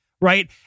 right